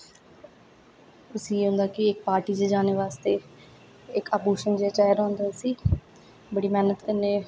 उसी होंदा कि इक पार्टी च जाने बास्तै इक आभूषण जेहा चाहिदा होंदा उसी बड़ी मैह्नत कन्नै